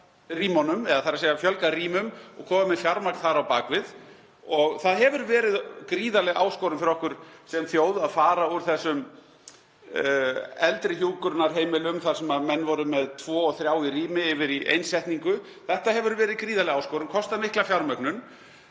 um þessar mundir að fjölga þurfi rýmum og koma með fjármagn þar á bak við. Það hefur verið gríðarleg áskorun fyrir okkur sem þjóð að fara úr þessum eldri hjúkrunarheimilum, þar sem menn voru með tvo og þrjá í rými, yfir í einsetningu. Það hefur verið gríðarleg áskorun og kostað mikla fjármögnun.